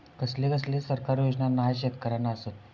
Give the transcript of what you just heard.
कसले कसले सरकारी योजना न्हान शेतकऱ्यांना आसत?